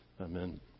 Amen